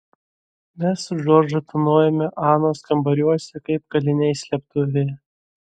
mes su džordžu tūnojome anos kambariuose kaip kaliniai slėptuvėje